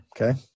Okay